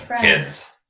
kids